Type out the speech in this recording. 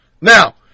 Now